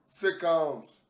sitcoms